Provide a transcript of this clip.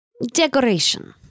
Decoration